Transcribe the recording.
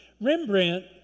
Rembrandt